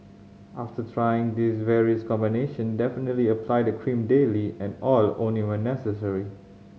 after trying this in various combination definitely apply the cream daily and oil only when necessary